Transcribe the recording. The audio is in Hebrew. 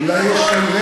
ודבר שני, אולי יש כאן,